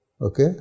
Okay